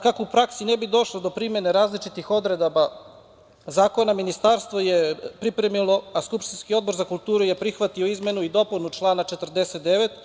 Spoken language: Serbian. Kako u praksi ne bi došlo do primene različitih odredaba zakona, ministarstvo je pripremilo, a skupštinski Odbor za kulturu je prihvatio izmenu i dopunu člana 49.